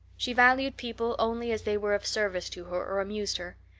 she valued people only as they were of service to her or amused her.